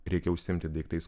reikia užsiimti daiktais